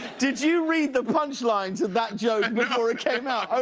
did you read the punch line to that joke before it came out? oh,